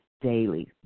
daily